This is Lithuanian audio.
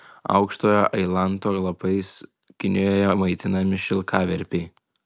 aukštojo ailanto lapais kinijoje maitinami šilkaverpiai